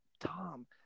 Tom